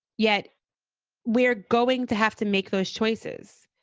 yet we're going to have to make those choices.